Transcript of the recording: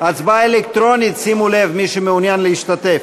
הצבעה אלקטרונית, שימו לב, מי שמעוניין להשתתף,